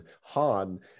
Han